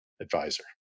advisor